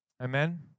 Amen